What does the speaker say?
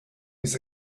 his